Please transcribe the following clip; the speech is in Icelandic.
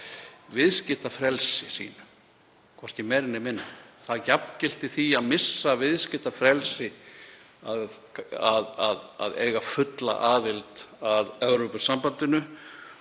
viðskiptafrelsi sínu, hvorki meira né minna. Það jafngilti því að missa viðskiptafrelsi að eiga fulla aðild að Evrópusambandinu.